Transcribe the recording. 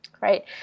Right